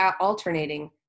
alternating